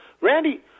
Randy –